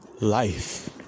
life